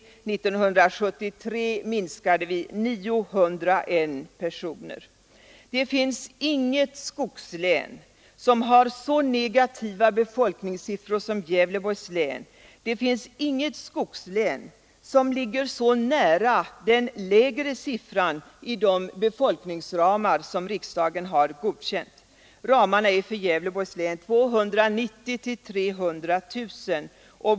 År 1973 var minskningen 901 personer. Det finns inget skogslän som har så negativa befolkningssiffror som Gävleborgs län. Det finns inget skogslän som ligger så nära den undre gränsen i de befolkningsramar som riksdagen godkänt. Ramarna är för Gävleborgs län 290 000-300 000.